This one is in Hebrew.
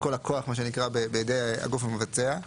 כל הכוח בידי הגוף המבצע.